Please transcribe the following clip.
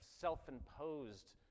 self-imposed